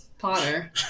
Potter